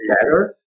better